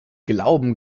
glauben